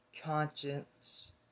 conscience